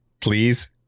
please